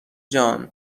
جان